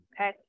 okay